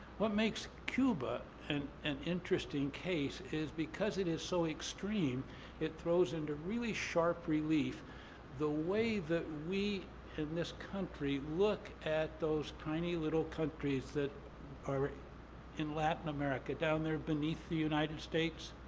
what makes cuba and an interesting case is because it is so extreme it throws into really sharp relief the way that we in this country look at those tiny, little countries that are in latin america, down there beneath the united states.